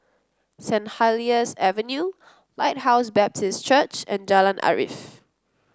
Saint Helier's Avenue Lighthouse Baptist Church and Jalan Arif